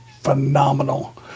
phenomenal